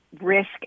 risk